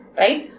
right